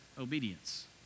obedience